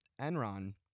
Enron